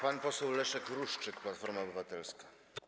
Pan poseł Leszek Ruszczyk, Platforma Obywatelska.